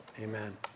Amen